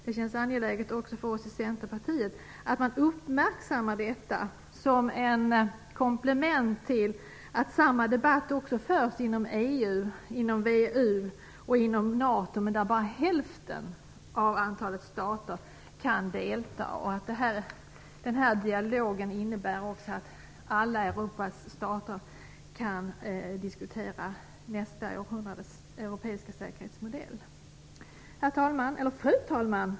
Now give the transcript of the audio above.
Det känns också angeläget för oss i Centerpartiet att detta uppmärksammas som ett komplement till att samma debatt förs inom EU, VEU och NATO, där dock bara hälften av antalet stater kan delta. Den här dialogen innebär också att alla Europas stater kan diskutera nästa århundrades europeiska säkerhetsmodell. Fru talman!